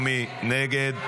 ומי נגד?